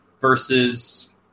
versus